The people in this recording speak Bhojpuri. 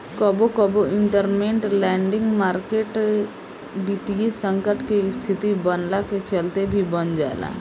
कबो कबो इंटरमेंट लैंडिंग मार्केट वित्तीय संकट के स्थिति बनला के चलते भी बन जाला